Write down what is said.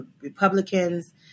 Republicans